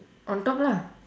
on top lah